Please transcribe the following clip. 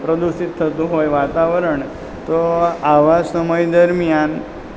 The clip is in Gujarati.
પ્રદૂષિત થતું હોય વાતાવરણ તો આવા સમય દરમિયાન